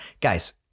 Guys